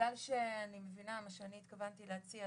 מה שאני התכוונתי להציע,